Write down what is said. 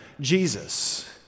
Jesus